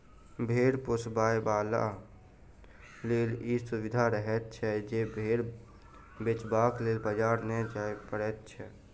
भेंड़ पोसयबलाक लेल ई सुविधा रहैत छै जे भेंड़ बेचबाक लेल बाजार नै जाय पड़ैत छै